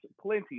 plenty